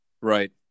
Right